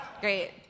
Great